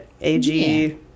AG